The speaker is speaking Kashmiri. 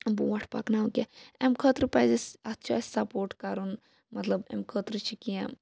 بونٛٹھ پَکناوُن کینٛہہ امہِ خٲطرٕ پَزِ اسہِ اتھ چھُ اَسہِ سَپوٹ کَرُن مَطلَب امہ خٲطرٕ چھِ کینٛہہ